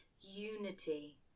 Unity